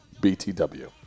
BTW